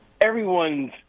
everyone's